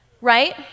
right